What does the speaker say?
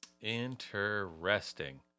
Interesting